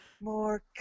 More